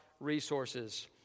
resources